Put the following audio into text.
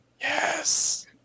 Yes